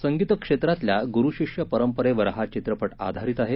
संगीत क्षेत्रातल्या गुरु शिष्य परंपरेवर हा चित्रपट आधारित आहे